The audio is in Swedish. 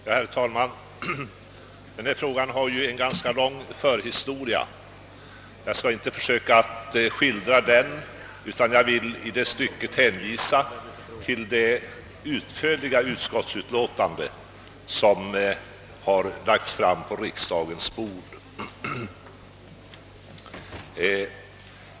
Herr talman! Denna fråga har en ganska lång förhistoria. Jag skall inte försöka att skildra denna utan vill i stället hänvisa till det utförliga utskottsutlåtande, som har lagts fram på riksdagens bord.